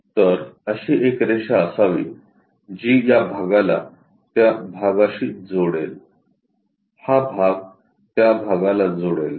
तर अशी एक रेषा असावी जी या भागाला त्या भागाशी जोडेल हा भाग त्या भागाला जोडेल